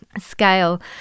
Scale